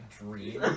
dream